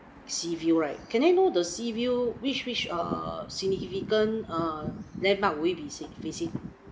sea view right can I know the sea view which which err significant err landmark would it be se~ facing